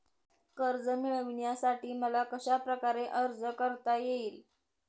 कर्ज मिळविण्यासाठी मला कशाप्रकारे अर्ज करता येईल?